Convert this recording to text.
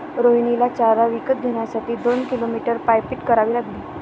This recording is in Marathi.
रोहिणीला चारा विकत घेण्यासाठी दोन किलोमीटर पायपीट करावी लागली